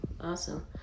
Awesome